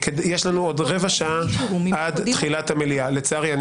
יש לנו עוד רבע שעה עד תחילת המליאה, לצערי.